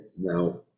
now